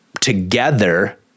together